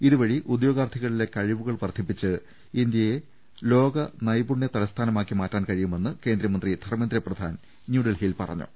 ഇതുവഴി ഉദ്യോഗാർത്ഥികളിലെ കഴിവുകൾ വർദ്ധിപ്പിച്ച് ഇന്തൃയെ ലോക നൈപുണൃ തലസ്ഥാനമാക്കി മാറ്റാൻ കഴിയുമെന്ന് കേന്ദ്രമന്ത്രി ധർമേന്ദ്രപ്രധാൻ ന്യൂഡൽഹിയിൽ പറഞ്ഞു